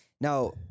Now